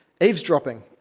eavesdropping